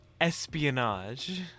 espionage